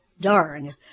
Darn